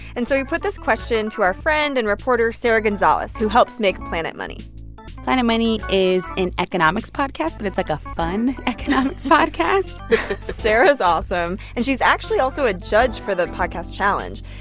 and so we put this question to our friend and reporter sarah gonzalez, who helps make planet money planet money is an economics podcast, but it's, like, a fun economics podcast sarah's awesome. and she's actually also a judge for the podcast challenge.